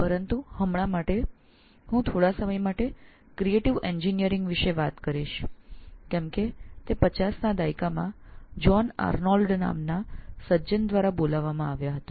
હાલ પૂરતું હું થોડો સમય ક્રિએટિવ એન્જિનિયરિંગ વિશે વાત કરીશ કેમ કે તે 50 ના દાયકામાં જ્હોન આર્નોલ્ડ નામના સજ્જન દ્વારા તેનો ઉલ્લેખ કરવામાં આવ્યો હતો